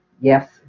yes